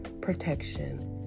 protection